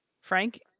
Frank